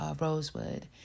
Rosewood